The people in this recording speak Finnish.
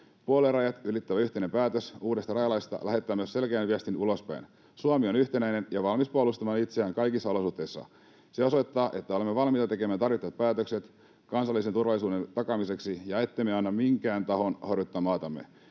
Puoluerajat ylittävä yhteinen päätös uudesta rajalaista lähettää myös selkeän viestin ulospäin: Suomi on yhtenäinen ja valmis puolustamaan itseään kaikissa olosuhteissa. Se osoittaa, että olemme valmiita tekemään tarvittavat päätökset kansallisen turvallisuuden takaamiseksi ja ettemme anna minkään tahon horjuttaa maatamme.